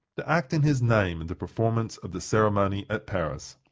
to act in his name, in the performance of the ceremony at paris.